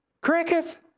cricket